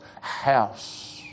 house